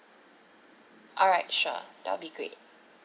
alright sure that will be great